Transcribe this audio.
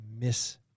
miss